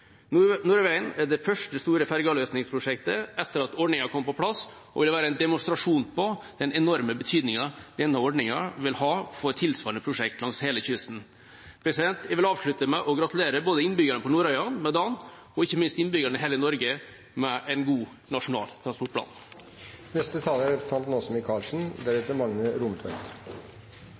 gjennomføres. Nordøyvegen er det første store ferjeavløsningsprosjektet etter at ordningen kom på plass, og vil være en demonstrasjon på den enorme betydningen denne ordningen vil ha for tilsvarende prosjekt langs hele kysten. Jeg vil avslutte med å gratulere innbyggerne på Nordøyane med dagen og ikke minst innbyggerne i hele Norge med en god nasjonal